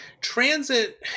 transit